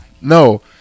No